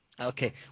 Okay